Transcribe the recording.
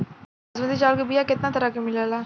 बासमती चावल के बीया केतना तरह के मिलेला?